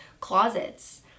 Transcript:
closets